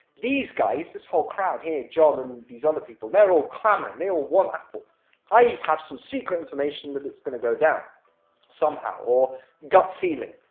these guys this whole crowd here john, and these other people. they're all clamouring they all want apple, and i have some secret information that it's going to go down somehow, or gut feeling.